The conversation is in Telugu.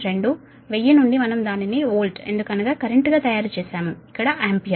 2 1000 నుండి మనం దానిని వోల్ట్ ఎందుకనగా కరెంట్గా తయారుచేసాము ఇక్కడ ఆంపియర్